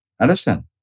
Understand